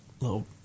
little